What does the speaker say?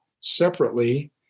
separately